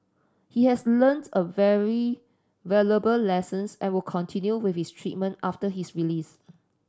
he has learnts a very valuable lessons and will continue with his treatment after his release